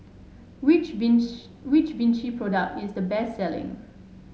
which Vichy Vichy product is the best selling